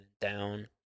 down